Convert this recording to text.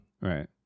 Right